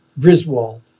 Griswold